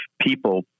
people